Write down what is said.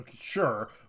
sure